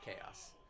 Chaos